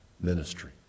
ministry